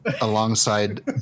alongside